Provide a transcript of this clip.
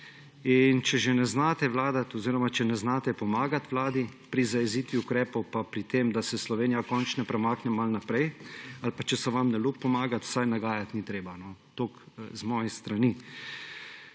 Če že ne znate vladati oziroma če ne znate pomagati Vladi pri zajezitvi ukrepov pa pri tem, da se Slovenija končno premakne malo naprej, ali pa, če se vam ne ljubi pomagati, vsaj nagajati ni treba. Toliko z moje strani.